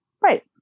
Right